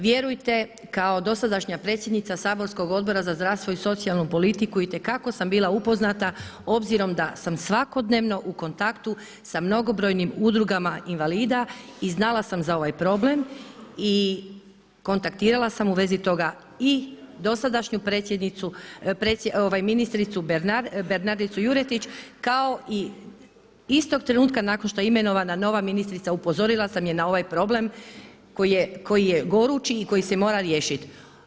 Vjerujte, kao dosadašnja predsjednica saborskog Odbora za zdravstvo i socijalnu politiku itekako sam bila upoznata obzirom da sam svakodnevno u kontaktu sa mnogobrojnim udrugama invalida i znala sam za ovaj problem i kontaktirala sam u vezi toga i dosadašnju ministricu Bernardicu Juretić kao i istog trenutka kada je imenovana nova ministrica, upozorila sam je na ovaj problem koji je gorući i koji se mora riješiti.